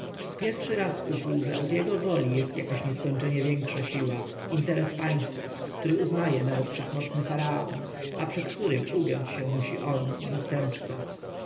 pierwszy raz uczuł że od jego woli jest jakaś nieskończenie większa siła interes państwa który uznaje nawet wszechmocny faraon a przed którym ugiąć się musi on następca